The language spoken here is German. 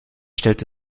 stellte